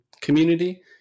community